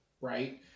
right